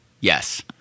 Yes